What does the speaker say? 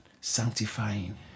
sanctifying